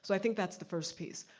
so i think that's the first piece,